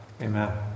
Amen